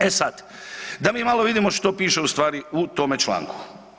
E sad, da mi malo vidimo što piše u stvari u tome članku.